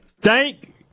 Thank